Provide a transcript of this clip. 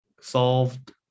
solved